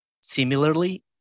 Similarly